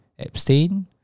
abstain